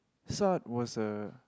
Salt was a